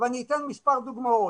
ואני אתן מספר דוגמאות.